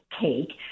cake